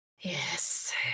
Yes